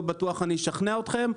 לא בטוח אני אשכנע אתכם,